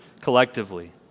collectively